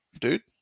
dude